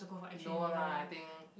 no lah I think